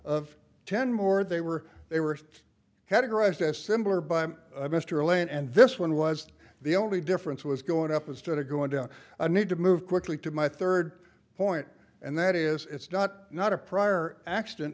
of ten more they were they were categorized as similar by mr lane and this one was the only difference was going up instead of going down i need to move quickly to my third point and that is it's not not a prior accident